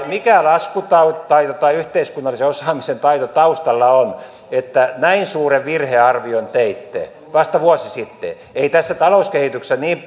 mikä laskutaito tai tai yhteiskunnallisen osaamisen taito taustalla on että näin suuren virhearvion teitte vasta vuosi sitten ei tässä talouskehityksessä niin